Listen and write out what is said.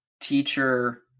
teacher